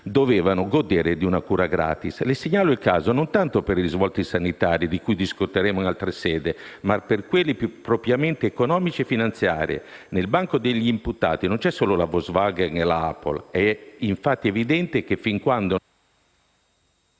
dovuto godere di una cura *gratis*. Signor Ministro, le segnalo il caso, non tanto per i risvolti sanitari, di cui discuteremo in altra sede, ma per quelli più propriamente economici e finanziari. Sul banco degli imputati non ci sono solo la Volkswagen e la Apple. È infatti evidente che fin quando